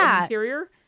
interior